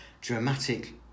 dramatic